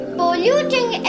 polluting